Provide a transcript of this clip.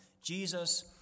Jesus